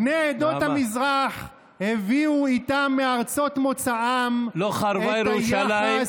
בני עדות המזרח הביאו איתם מארצות מוצאם את היחס,